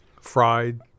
Fried